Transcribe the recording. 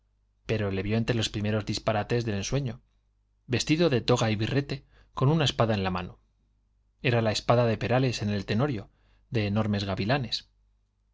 pero le vio entre los primeros disparates del ensueño vestido de toga y birrete con una espada en la mano era la espada de perales en el tenorio de enormes gavilanes